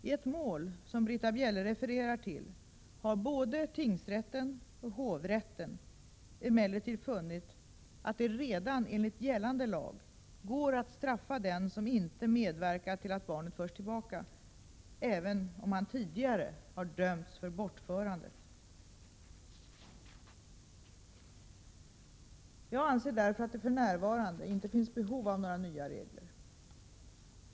I ett mål som Britta Bjelle refererar till har både tingsrätten och hovrätten emellertid funnit att det redan enligt gällande lag går att straffa den som inte medverkar till att barnet förs tillbaka, även om han tidigare har dömts för bortförandet. Jag anser därför att det för närvarande inte finns behov av några nya regler.